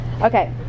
Okay